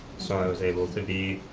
so i was able to be